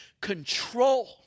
control